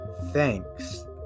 thanks